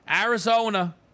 Arizona